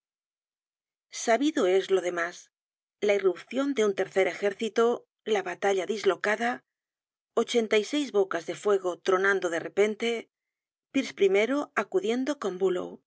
sabido es lo demás la irrupcion de un tercer ejército la batalla dislocada ochenta y seis bocas de fuego tronando de repente pirch i acudiendo con bulow